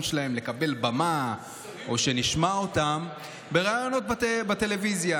שלהם לקבל במה או שנשמע אותם בראיונות בטלוויזיה.